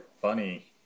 funny